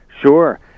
Sure